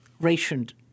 rationed